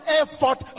effort